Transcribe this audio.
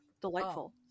delightful